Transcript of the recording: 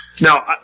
Now